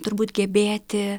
turbūt gebėti